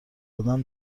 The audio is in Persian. آدم